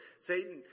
Satan